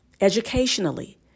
educationally